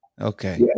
Okay